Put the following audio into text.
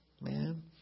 man